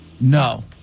No